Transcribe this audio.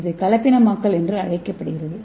இது கலப்பினமாக்கல் என்று அழைக்கப்படுகிறது